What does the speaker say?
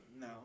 No